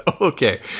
okay